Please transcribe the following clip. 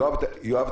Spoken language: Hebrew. יואב,